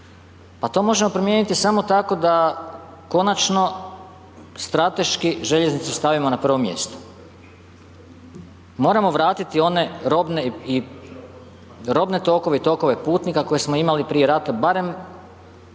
Pa to možemo promijeniti samo tako da konačno strateški željeznicu stavimo na prvo mjesto. Moramo vratiti one robne tokove i tokove putnika koje smo imali prije rata, barem